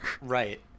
Right